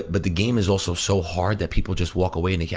but the game is also so hard that people just walk away. and, yeah